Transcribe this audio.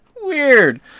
Weird